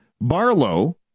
Barlow